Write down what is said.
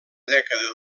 dècada